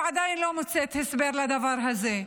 ועדיין לא מוצאת הסבר לדבר הזה.